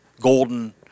Golden